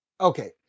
okay